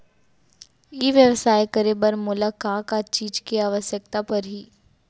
ई व्यवसाय करे बर मोला का का चीज के आवश्यकता परही?